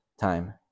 time